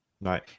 Right